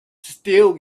still